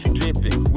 Dripping